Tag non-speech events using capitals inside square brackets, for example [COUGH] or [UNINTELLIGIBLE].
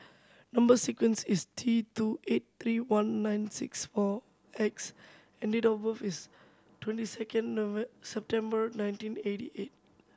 number sequence is T two eight three one nine six O X and date of birth is twenty second [UNINTELLIGIBLE] September nineteen eighty eight